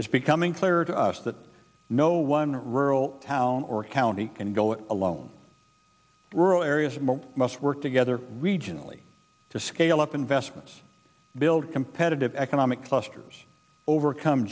it's becoming clear to us that no one rural town or county can go it alone rural areas must work together regionally to scale up investments build competitive economic clusters overcome